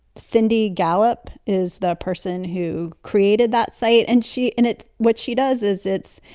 cindy gallop is the person who created that site. and she and it's what she does is it's,